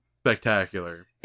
spectacular